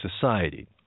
society